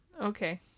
Okay